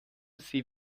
sie